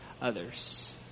others